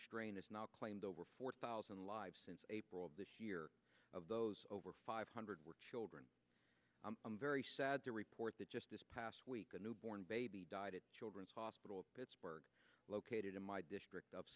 strain has now claimed over four thousand lives since april of this year of those over five hundred were children i'm very sad to report that just this past week a newborn baby died at children's hospital of pittsburgh located in my district of